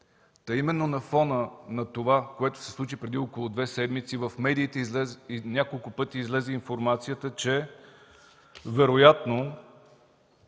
Та именно на фона на това, което се случи преди около две седмици, в медиите няколко пъти излезе информацията, че вероятно